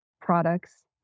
products